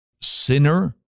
sinner